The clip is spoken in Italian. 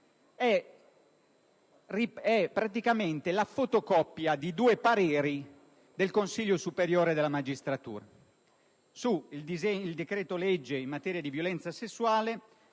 è praticamente la fotocopia di due pareri espressi dal Consiglio superiore della magistratura sul decreto-legge in materia di violenza sessuale